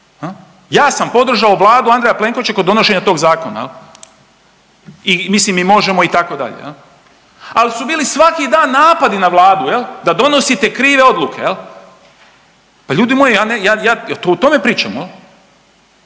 ja sam podržao vladu Andreja Plenkovića kod donošenja tog zakona. I mislim, i Možemo!, itd., ali su bili svaki dan napadi na Vladu da donosite krive odluke. Pa ljudi moji, ja, ja, ja,